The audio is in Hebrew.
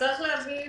צריך להבין,